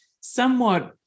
somewhat